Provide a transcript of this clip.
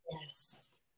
Yes